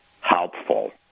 helpful